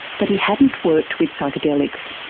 but he hadn't worked with psychedelics.